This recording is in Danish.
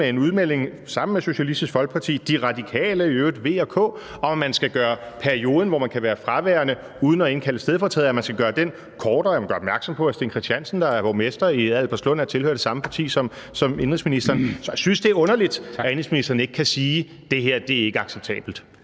med en udmelding – sammen med Socialistisk Folkeparti og i øvrigt også De Radikale, V og K – om, at man skal gøre den periode, hvor man kan være fraværende uden at indkalde en stedfortræder, kortere. Jeg vil gøre opmærksom på, at Steen Christiansen, der er borgmester i Albertslund, tilhører det samme parti som indenrigsministeren. Så jeg synes, det er underligt, at indenrigsministeren ikke kan sige: Det her er ikke acceptabelt.